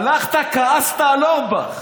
הלכת, כעסת על אורבך.